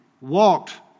walked